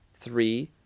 three